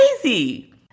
crazy